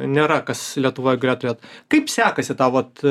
nėra kas lietuvoj galėjo turėt kaip sekasi tau vat